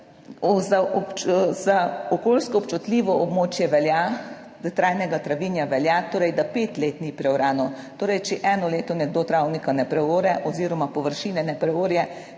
Za okolijsko občutljivo območje velja, da trajnega travinja velja torej, da pet let ni prebrano, torej, če eno leto nekdo travnika ne premore oziroma površine ne preorje,